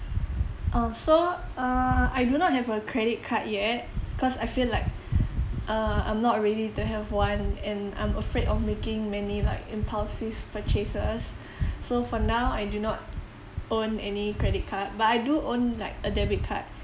oh so uh I do not have a credit card yet cause I feel like uh I'm not ready to have one and I'm afraid of making many like impulsive purchases so for now I do not own any credit card but I do own like a debit card